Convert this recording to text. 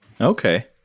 Okay